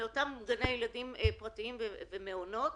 מאותם גני ילדים פרטיים ומעונות.